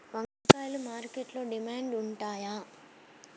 వంకాయలు మార్కెట్లో డిమాండ్ ఉంటాయా?